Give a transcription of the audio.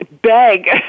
beg